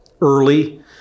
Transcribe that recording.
early